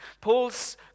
Paul's